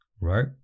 right